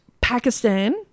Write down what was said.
Pakistan